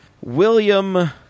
William